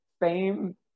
fame